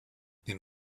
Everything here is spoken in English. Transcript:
then